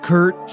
Kurt